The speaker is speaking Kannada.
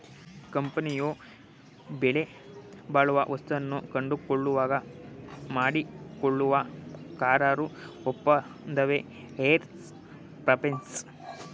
ಕಂಪನಿಯು ಬೆಲೆಬಾಳುವ ವಸ್ತುಗಳನ್ನು ಕೊಂಡುಕೊಳ್ಳುವಾಗ ಮಾಡಿಕೊಳ್ಳುವ ಕರಾರು ಒಪ್ಪಂದವೆ ಹೈರ್ ಪರ್ಚೇಸ್